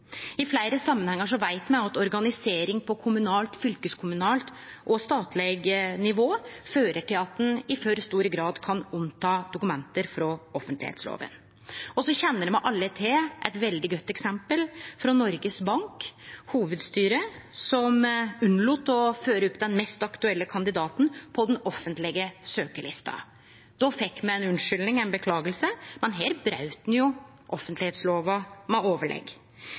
I fleire samanhengar veit me at organisering på kommunalt, fylkeskommunalt og statleg nivå fører til at ein i for stor grad kan unnta dokument frå offentleglova. Og me kjenner alle til eit veldig godt eksempel frå Noregs Banks hovudstyre, som unnlét å føre den mest aktuelle kandidaten opp på den offentlege søkjarlista. Då fekk me ei orsaking, men her braut ein offentleglova med overlegg.